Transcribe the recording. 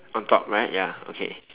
on top right ya okay